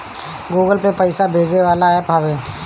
Google Pay भी पईसा भेजे वाला एप्प हवे